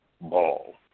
ball